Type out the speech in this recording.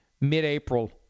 mid-April